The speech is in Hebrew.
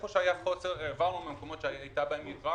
במקום שהיה חוסר העברנו מהמקומות שהייתה בהם יתרה